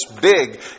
big